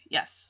Yes